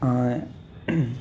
ऐं